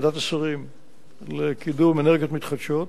ועדת השרים לקידום אנרגיות מתחדשות,